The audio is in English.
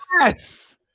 yes